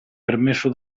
permesso